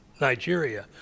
Nigeria